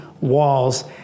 walls